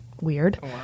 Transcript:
weird